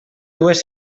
dues